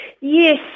Yes